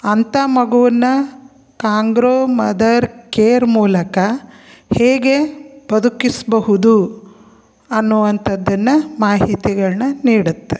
ಅಂಥ ಮಗುವನ್ನು kangaroo mother care ಮೂಲಕ ಹೇಗೆ ಬದುಕಿಸಬಹುದು ಅನ್ನುವಂಥದ್ದನ್ನು ಮಾಹಿತಿಗಳನ್ನ ನೀಡುತ್ತೆ